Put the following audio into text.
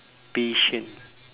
patient